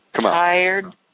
tired